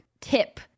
tip